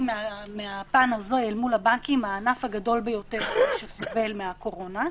אל מול הבנקים הענף הגדול ביותר שסובל מהקורונה.